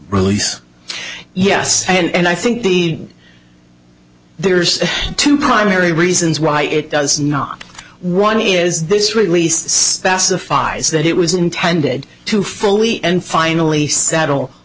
release yes and i think the there's two primary reasons why it does not one is this release the five is that it was intended to fully and finally settle